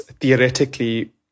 theoretically